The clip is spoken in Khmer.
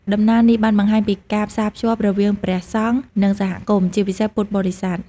ដំណើរនេះ បានបង្ហាញពីការផ្សារភ្ជាប់រវាងព្រះសង្ឃ និងសហគមន៍ ជាពិសេសពុទ្ធបរិស័ទ។